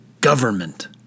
government